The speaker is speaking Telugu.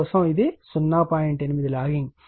8 లాగింగ్